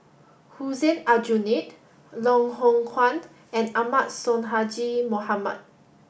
Hussein Aljunied Loh Hoong Kwan and Ahmad Sonhadji Mohamad